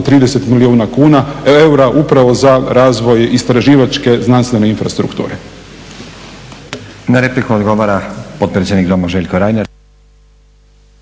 30 milijuna eura upravo za razvoj istraživačke znanstvene infrastrukture.